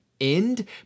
end